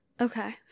okay